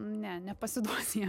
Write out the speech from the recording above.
ne nepasiduos jie